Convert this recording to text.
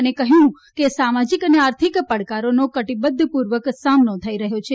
અને કહ્યું કે સામાજિક અને આર્થિક પડકારોનો કટિબધ્ધપૂર્વક સામનો થઈ રહ્યો છે